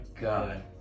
god